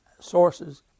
sources